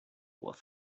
was